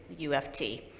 UFT